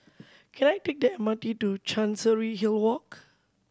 can I take the M R T to Chancery Hill Walk